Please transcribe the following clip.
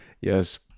Yes